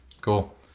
Cool